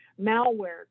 malware